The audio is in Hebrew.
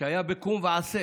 בקום ועשה,